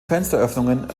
fensteröffnungen